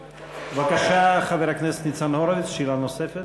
בבקשה, חבר הכנסת ניצן הורוביץ, שאלה נוספת.